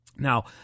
Now